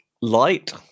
Light